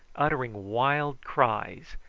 uttering wild cries,